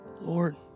Lord